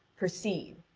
proceed,